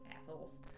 Assholes